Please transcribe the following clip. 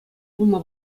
пулма